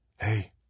Hey